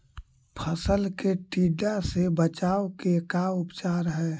फ़सल के टिड्डा से बचाव के का उपचार है?